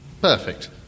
Perfect